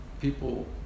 people